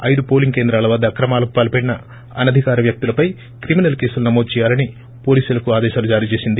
ఐదు పోలింగ్ కేంద్రాల వద్ద అక్రమాలకు పాల్పడిన అనధికార వ్యక్తులపై క్రిమినల్ కేసులు నమోదు చేయాలని పోలీసులకు ఆదేశాలు జారీ చేసింది